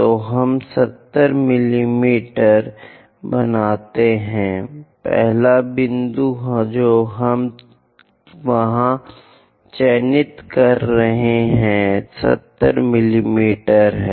तो हम 70 मिमी बनाते हैं पहला बिंदु जो हम वहां चिह्नित कर रहे हैं 70 मिमी हैं